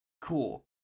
Cool